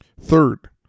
Third